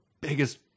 biggest